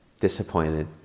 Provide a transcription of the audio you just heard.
disappointed